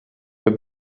wir